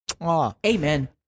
amen